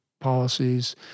policies